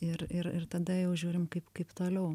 ir ir ir tada jau žiūrim kaip kaip toliau